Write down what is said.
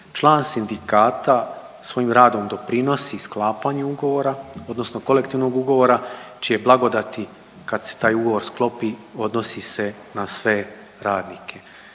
Član sindikata svojim radom doprinosi sklapanju ugovora, odnosno kolektivnog ugovora čije blagodati, kad se taj ugovor sklopi, odnosi se na sve radnike